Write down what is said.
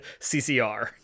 ccr